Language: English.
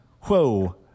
whoa